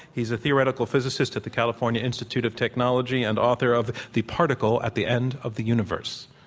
he's a theoretical physicist at the california institute of technology and author of, the particle at the end of the universe.